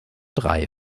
drei